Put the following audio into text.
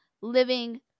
living